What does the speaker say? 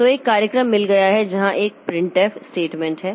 तो एक कार्यक्रम मिल गया है जहां एक प्रिंटफ स्टेटमेंट है